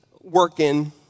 working